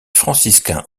franciscains